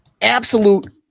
absolute